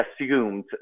assumed